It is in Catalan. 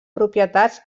propietats